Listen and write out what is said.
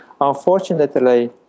Unfortunately